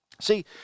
See